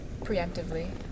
preemptively